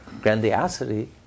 grandiosity